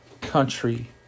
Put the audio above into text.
country